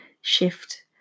shift